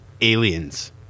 aliens